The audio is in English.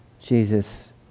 Jesus